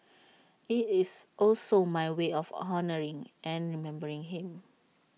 IT is also my way of honouring and remembering him